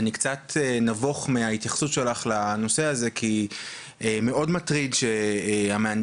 אני קצת נבוך מההתייחסות שלך לנושא הזה כי מאוד מטריד שהמהנדסת